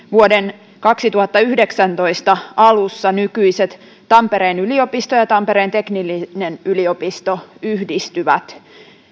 vuoden kaksituhattayhdeksäntoista alussa nykyiset tampereen yliopisto ja tampereen teknillinen yliopisto yhdistyvät